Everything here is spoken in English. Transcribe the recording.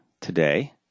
today